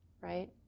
right